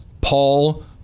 Paul